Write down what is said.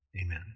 amen